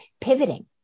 pivoting